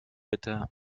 bitte